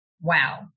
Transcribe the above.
wow